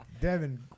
Devin